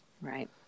right